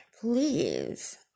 Please